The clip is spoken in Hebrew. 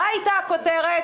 מה היתה הכותרת